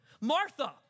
Martha